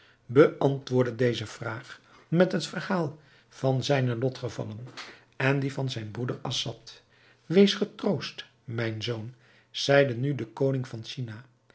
beantwoordde deze vraag met het verhaal van zijne lotgevallen en die van zijn broeder assad wees getroost mijn zoon zeide nu de koning van china